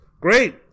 Great